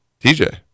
TJ